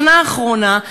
השנה האחרונה,